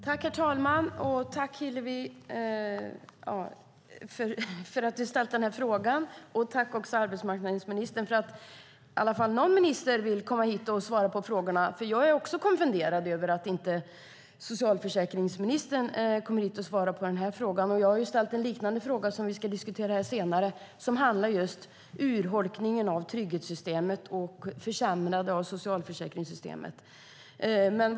Herr talman! Tack, Hillevi Larsson, för att du har ställt denna fråga! Tack också till arbetsmarknadsministern för att i alla fall någon minister vill komma hit och svara på frågor. Jag är konfunderad över att inte socialförsäkringsministern kommer hit och svarar på denna fråga. Jag har ställt en liknande fråga som vi ska diskutera senare och som just handlar om urholkningen av trygghetssystemen och försämringen av socialförsäkringssystemen.